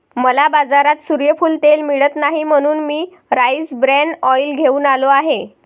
मला बाजारात सूर्यफूल तेल मिळत नाही म्हणून मी राईस ब्रॅन ऑइल घेऊन आलो आहे